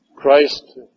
Christ